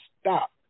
stop